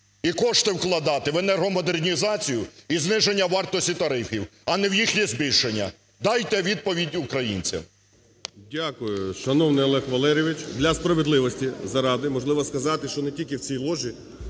і кошти вкладати в енергомодернізацію і зниження вартості тарифів, а не в їхнє збільшення. Дайте відповідь українцям. 10:30:10 ГРОЙСМАН В.Б. Дякую, шановний Олег Валерійович. Для справедливості заради, можливо сказати, що не тільки в цій ложі,